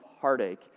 heartache